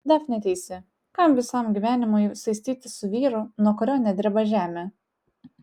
dafnė teisi kam visam gyvenimui saistytis su vyru nuo kurio nedreba žemė